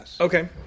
okay